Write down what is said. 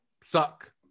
suck